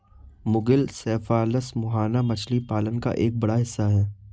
मुगिल सेफालस मुहाना मछली पालन का एक बड़ा हिस्सा है